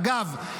אגב,